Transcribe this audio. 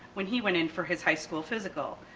when he went in for his high school physical.